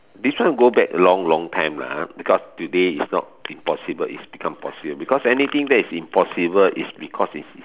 this one go back long long time ah because today is not impossible is become possible because anything that is impossible is because is